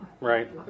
Right